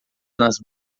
nas